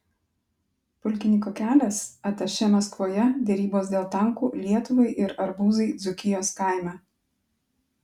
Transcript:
pulkininko kelias atašė maskvoje derybos dėl tankų lietuvai ir arbūzai dzūkijos kaime